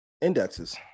indexes